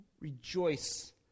rejoice